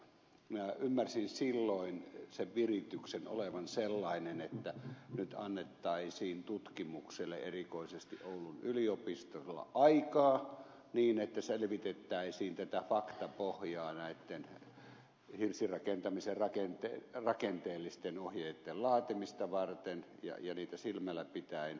minä ymmärsin silloin sen virityksen olevan sellainen että nyt annettaisiin tutkimukselle erikoisesti oulun yliopistolla aikaa niin että selvitettäisiin tätä faktapohjaa näitten hirsirakentamisen rakenteellisten ohjeitten laatimista varten ja niitä silmälläpitäen